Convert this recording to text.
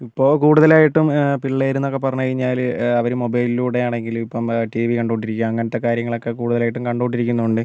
ഇപ്പോൾ കൂടുതലായിട്ടും പിള്ളേര് എന്നൊക്കെ പറഞ്ഞു കഴിഞ്ഞാല് അവര് മൊബൈലിലൂടെ ആണെങ്കിലും ഇപ്പം ടി വി കണ്ട് കൊണ്ടിരിക്കുക അങ്ങനത്തെ കാര്യങ്ങൾ ഒക്കെ കൂടുതലായിട്ടും കണ്ട് കൊണ്ടിരിക്കുന്നത് കൊണ്ട്